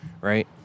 right